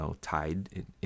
tied